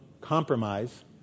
compromise